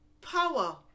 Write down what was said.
power